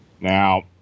Now